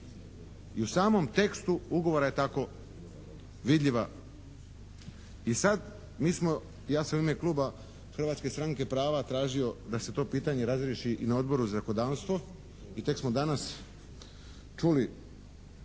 I u samom tekstu ugovora je tako vidljiva. I sad mi smo, ja sam u ime kluba Hrvatske stranke prava tražio da se to pitanje razriješi i na Odboru za zakonodavstvo i tek smo danas čuli